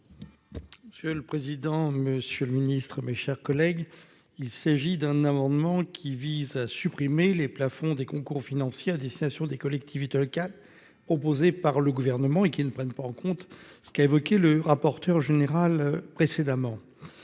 Monsieur le président, Monsieur le Ministre, mes chers collègues, il s'agit d'un amendement qui vise à supprimer les plafonds des concours financiers à des stations, des collectivités locales proposées par le gouvernement et qui ne prennent pas en compte ce qu'qui a évoqué le rapporteur général précédemment,